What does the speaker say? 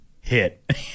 Hit